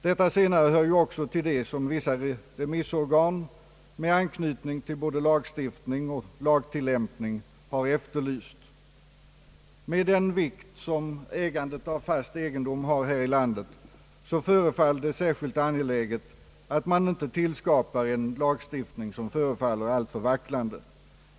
Detta senare hör också till det som vissa remissorgan, med an knytning till både lagstiftning och lagtillämpning, har efterlyst. Med den vikt, som ägandet av fast egendom har här i landet, förefaller det särskilt angeläget att man inte tillskapar en lagstiftning som blir alltför vacklande.